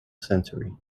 century